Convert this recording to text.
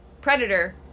Predator